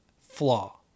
flaw